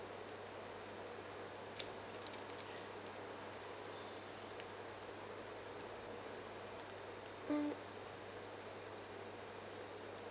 mm